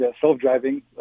self-driving